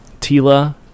Tila